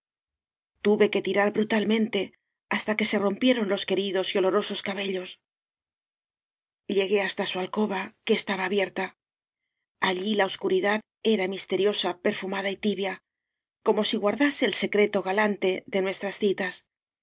tuve que tirar brutalmente hasta que se rompie ron los queridos y olorosos cabellos llegué hasta su alcoba que estaba abierta allí la oscuridad era misteriosa perfumada ytibia como si guardase el secreto galante de nuestras citas